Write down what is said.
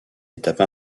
étape